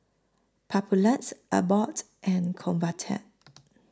Papulex Abbott and Convatec